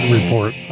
Report